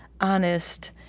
honest